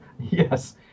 yes